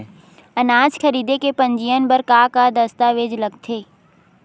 अनाज खरीदे के पंजीयन बर का का दस्तावेज लगथे?